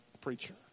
preacher